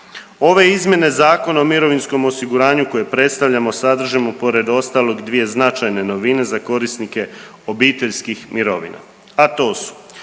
Ove izmjene Zakona o mirovinskom osiguranju koje predstavljamo sadrži pored ostalog dvije značajne novine za korisnike obiteljskih mirovina,